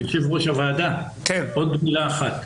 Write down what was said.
יושב-ראש הוועדה, עוד מילה אחת.